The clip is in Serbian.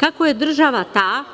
Kako je država ta